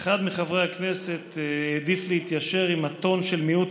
אחד מחברי הכנסת העדיף להתיישר עם הטון של מיעוט